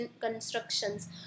constructions